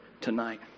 tonight